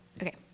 Okay